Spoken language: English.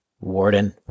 Warden